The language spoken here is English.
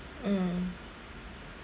mm